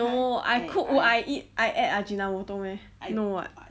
no I cook or I eat I add ajinomoto meh no [what]